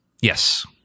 Yes